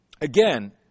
again